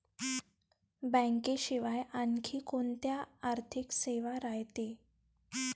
बँकेशिवाय आनखी कोंत्या आर्थिक सेवा रायते?